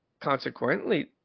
consequently